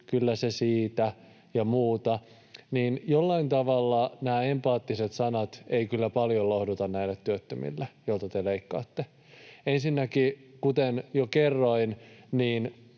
kyllä se siitä, ja muuta. Jollain tavalla nämä empaattiset sanat eivät kyllä paljon lohduta näitä työttömiä, joilta te leikkaatte. Ensinnäkin, kuten jo kerroin,